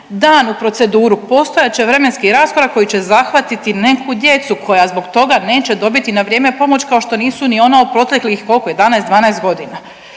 dan u proceduru. Postojat će vremenski raskorak koji će zahvatiti neku djecu koja zbog toga neće dobiti na vrijeme pomoć kao što nisu ni ona u proteklih koliko 11, 12 godina.